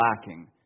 lacking